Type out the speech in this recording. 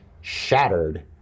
shattered